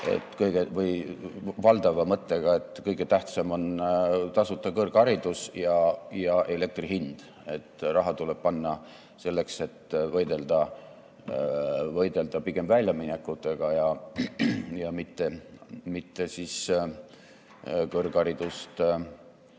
valdava mõttega, et kõige tähtsam on tasuta kõrgharidus ja elektri hind – raha tuleb panna sellesse, et võidelda pigem väljaminekutega, mitte kõrgharidust